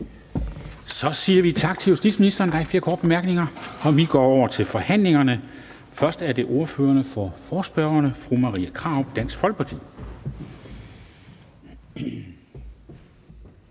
Så siger vi tak til justitsministeren. Der er ikke flere korte bemærkninger. Vi går over til forhandlingerne, og først er det ordføreren for forespørgerne, fru Marie Krarup, Dansk Folkeparti.